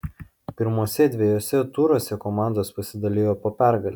pirmuose dviejuose turuose komandos pasidalijo po pergalę